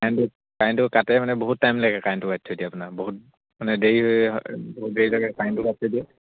কাৰেণ্টটো কাৰেণ্টটো কাটে মানে বহুত টাইম লাগে কাৰেণ্টটো কাটি থৈ দিয়ে আপোনাৰ বহুত মানে দেৰি দেৰিলৈকে কাৰেণ্টটো কাটি থৈ দিয়ে